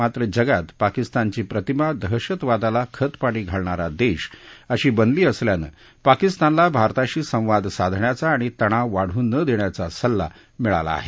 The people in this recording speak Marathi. मात्र जगात पाकिस्तानची प्रतिमा दहशतवादाला खतपाणी घालणारा देश अशी बनली असल्यानं पाकिस्तानला भारताशी संवाद साधण्याचा आणि तणाव वाढू न देण्याचा सल्ला मिळाला आहे